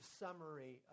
summary